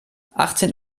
achtzehn